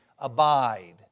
Abide